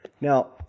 Now